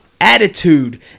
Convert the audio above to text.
Attitude